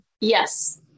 Yes